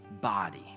body